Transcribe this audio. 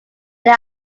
they